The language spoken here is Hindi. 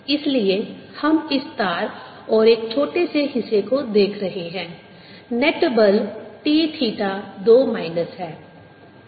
Vertical componentTsin2 Tsin1Horizontal componentT T0 इसलिए हम इस तार और एक छोटे से हिस्से को देख रहे हैं नेट बल T थीटा 2 माइनस है